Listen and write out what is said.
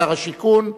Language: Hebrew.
שר השיכון,